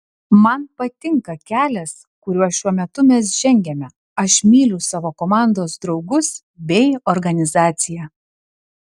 man patinka kelias kuriuo šiuo metu mes žengiame aš myliu savo komandos draugus bei organizaciją